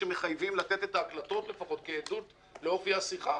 חוק שמחייבת לתת את ההקלטות לפחות כעדות לאופי השיחה,